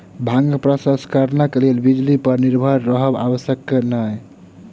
भांगक प्रसंस्करणक लेल बिजली पर निर्भर रहब आवश्यक नै